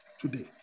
today